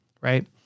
right